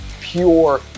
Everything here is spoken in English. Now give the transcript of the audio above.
pure